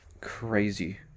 crazy